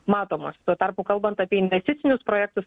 matomos tuo tarpu kalbant apie investicinius projektus